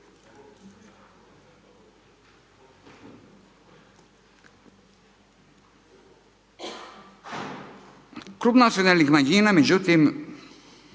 Klub Nacionalnih manjina međutim